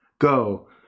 Go